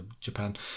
Japan